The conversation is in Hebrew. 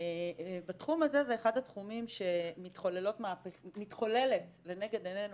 בתחום הזה זה אחד התחומים שמתחוללת לנגד עינינו